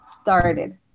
started